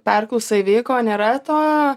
perklausa įvyko nėra to